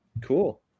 Cool